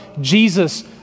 Jesus